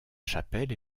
chapelle